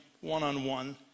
one-on-one